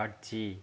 காட்சி